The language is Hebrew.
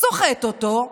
סוחט אותו,